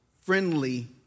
friendly